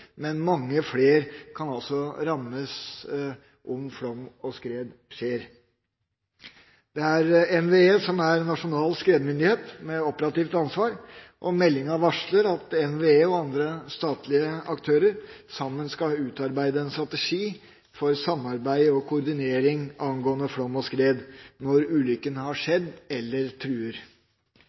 men mange flere kan altså rammes om flom og skred skjer. Det er NVE som er nasjonal skredmyndighet med operativt ansvar. Meldinga varsler at NVE og andre statlige aktører sammen skal utarbeide en strategi for samarbeid og koordinering angående flom og skred når ulykke har skjedd eller truer.